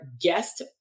guest